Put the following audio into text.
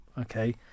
okay